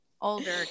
older